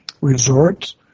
resorts